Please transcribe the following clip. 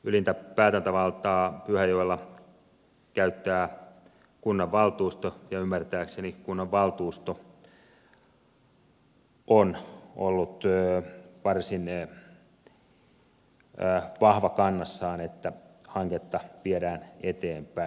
ylintä päätäntävaltaa pyhäjoella käyttää kunnanvaltuusto ja ymmärtääkseni kunnanvaltuusto on ollut varsin vahva kannassaan että hanketta viedään eteenpäin